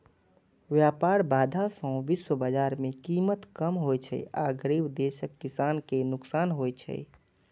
व्यापार बाधा सं विश्व बाजार मे कीमत कम होइ छै आ गरीब देशक किसान कें नुकसान होइ छै